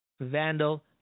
Vandal